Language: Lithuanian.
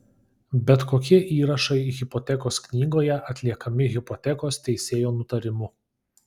bet kokie įrašai hipotekos knygoje atliekami hipotekos teisėjo nutarimu